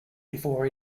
before